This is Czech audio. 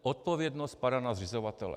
Odpovědnost padá na zřizovatele.